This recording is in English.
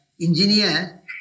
engineer